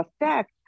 effect